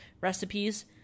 recipes